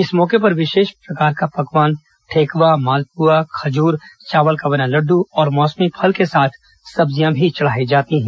इस मौके पर विशेष प्रकार का पकवान ठेकवा मालपुआ खजुर चावल का बना लड़डू और मौसमी फल के साथ सब्जियां भी चढ़ाई जाती हैं